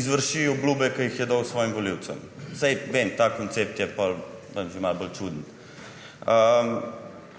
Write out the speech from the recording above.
izvrši obljube, ki jih je dal svojim volivcem. Saj vem, ta koncept je potem že malo bolj čuden.